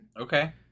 Okay